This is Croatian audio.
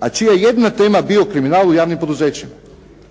a čija je jedina tema bio kriminal u javnim poduzećima.